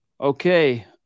Okay